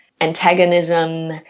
antagonism